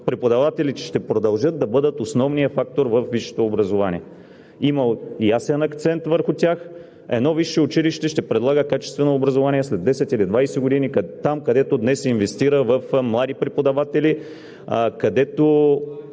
Преподавателите ще продължат да бъдат основният фактор във висшето образование. Има ясен акцент върху тях. Едно висше училище ще предлага качествено образование след 10 или 20 години там, където днес инвестира в млади преподаватели, където